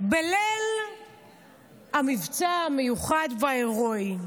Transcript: בליל המבצע המיוחד וההירואי.